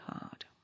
hard